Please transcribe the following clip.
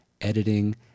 editing